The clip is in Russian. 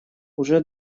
уже